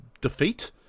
defeat